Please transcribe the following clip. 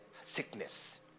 sickness